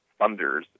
funders